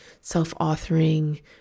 self-authoring